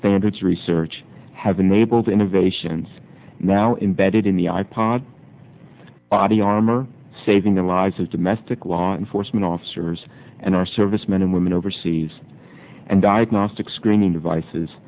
standards research have enabled innovations now imbedded in the i pod body armor saving the lives of domestic law enforcement officers and our servicemen and women overseas and diagnostic screening devices